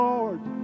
Lord